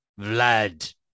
Vlad